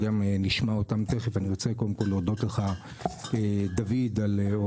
ואנחנו עושים את הכול להסיר חסמים מצד אחד וגם לתת חיזוק וכוח לכל אותם